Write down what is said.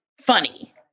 Funny